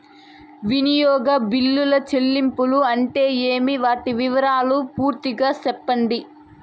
వినియోగ బిల్లుల చెల్లింపులు అంటే ఏమి? వాటి వివరాలు పూర్తిగా సెప్పండి?